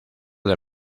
del